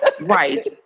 Right